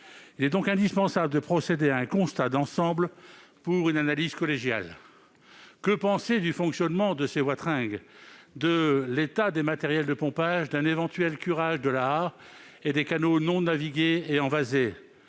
Il est donc indispensable de procéder à un constat d'ensemble et de procéder à une analyse collégiale. Que penser du fonctionnement des wateringues, de l'état des matériels de pompage, d'un éventuel curage de l'Aa et des canaux non navigués et envasés ?